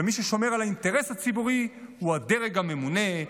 ומי ששומר על האינטרס הציבורי הוא הדרג הממונה,